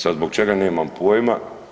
Sad zbog čega nemam pojma.